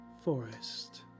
Forest